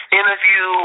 interview